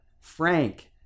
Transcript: Frank